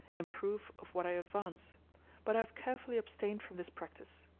in proof of what i advance but i have carefully abstained from this practice.